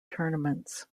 tournaments